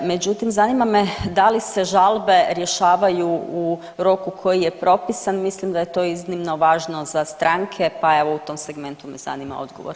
Međutim, zanima me da li se žalbe rješavaju u roku koji je propisan, mislim da je to iznimno važno za stranke, pa evo u tom segmentu me zanima odgovor.